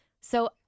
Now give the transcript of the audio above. So-